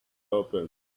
open